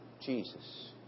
Jesus